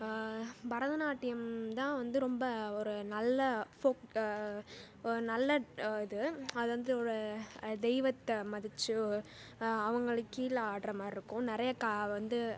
பரதநாட்டியம் தான் வந்து ரொம்ப ஒரு நல்ல ஃபோக் நல்ல இது அது வந்து ஒரு தெய்வத்தை மதிச்சு அவர்களுக்கு கீழே ஆடுற மாதிரி இருக்கும் நிறைய க வந்து